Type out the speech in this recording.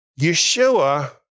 Yeshua